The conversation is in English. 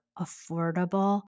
affordable